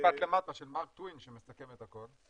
יש משפט למטה של מארק טווין שמסכם את הכול.